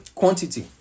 quantity